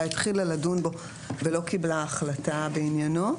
התחילה לדון בו ולא קיבלה החלטה בעניינו,